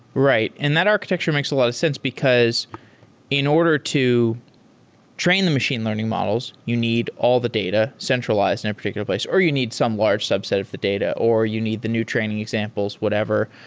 right. and that architecture makes a lot of sense, because in order to train the machine learning models, you need all the data centralized in a particular place or you need some large subset of the data, or you need the new training examples, whatever.